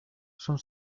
son